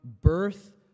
birth